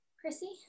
Chrissy